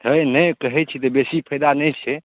हए नहि कहैत छी तऽ बेसी फायदा नहि छै